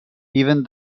even